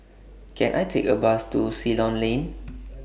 Can I Take A Bus to Ceylon Lane